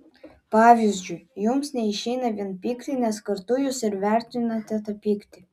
pavyzdžiui jums neišeina vien pykti nes kartu jūs ir vertinate tą pyktį